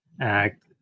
act